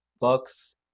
Bucks